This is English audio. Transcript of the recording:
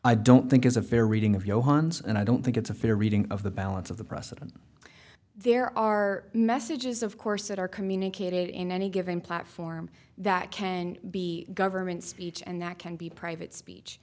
i don't think it's a fair reading of johan's and i don't think it's a fair reading of the balance of the president there are messages of course that are communicated in any given platform that can be government speech and that can be private speech